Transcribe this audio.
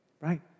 right